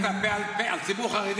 לא צריך לטנף את הפה על הציבור החרדי,